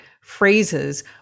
phrases